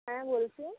হ্যাঁ বলছি